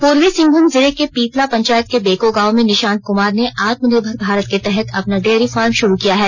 पूर्वी सिंहभूम जिले के पीपला पंचायत के बेको गांव में निशांत कुमार ने आत्मनिर्भर भारत के तहत अपना र्डयरी फॉर्मे शुरू किया है